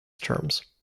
terms